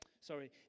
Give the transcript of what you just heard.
sorry